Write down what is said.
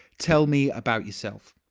tell me about yourself?